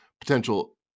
potential